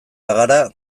bagara